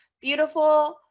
beautiful